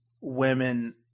women